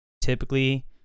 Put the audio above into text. Typically